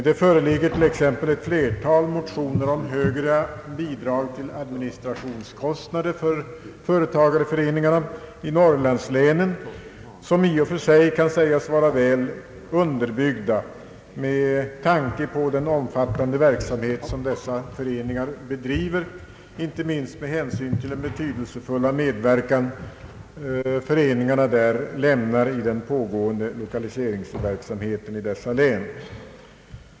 Det föreligger t.ex. ett flertal motioner om högre bidrag till administrationskostnader för företagareföreningarna i norrlandslänen. Motionerna kan i och för sig sägas vara väl underbyggda med tanke på den omfattande verksamhet som dessa föreningar bedriver, inte minst med hänsyn till den betydelsefulla medverkan föreningarna lämnar i den pågående lokaliseringsverksamheten i dessa län.